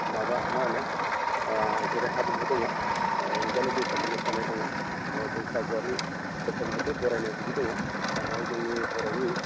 माबा माहोनो जेरै हारिमु दङ रंजालि बैसागु मोसानाय दङ थ' बैसागुआरि बैसागु बोथोर बरायनाय बिदि दङ दा बेवहाय जोंनि बर'नि